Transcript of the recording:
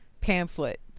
pamphlet